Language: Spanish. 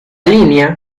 línea